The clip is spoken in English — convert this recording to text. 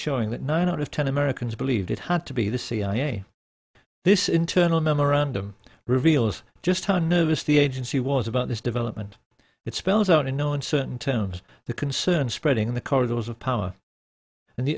showing that nine out of ten americans believed it had to be the cia this internal memorandum reveals just how nervous the agency was about this development it spells out in no uncertain terms the concern spreading in the corridors of power and the